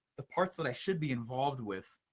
the parts that i should be involved with,